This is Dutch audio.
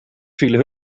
vielen